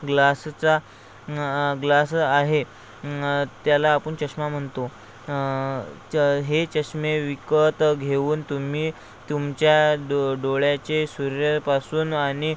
ग्लासचा glass आहे त्याला आपण चष्मा म्हणतो च हे चष्मे विकत घेऊन तुम्ही तुमच्या डो डोळ्याचे सूर्यापासून आणि